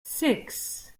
six